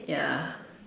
yeah